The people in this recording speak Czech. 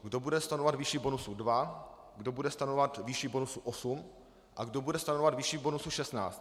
Kdo bude stanovovat výši bonusu 2, kdo bude stanovovat výši bonusu 8 a kdo bude stanovovat výši bonusu 16?